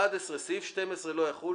"(11) סעיף 12 לא יחול.